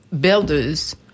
builders